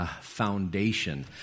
foundation